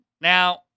Now